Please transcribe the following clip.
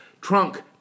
trunk